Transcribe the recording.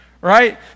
right